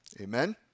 Amen